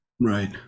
right